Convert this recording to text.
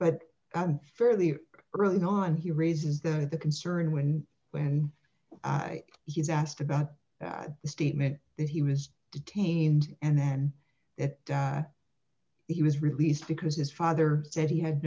but i'm fairly early on he raises the the concern when when he's asked about the statement that he was detained and then that he was released because his father said he had